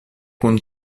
kun